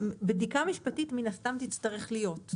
בדיקה משפטית תצטרך להיות מן הסתם.